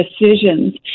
decisions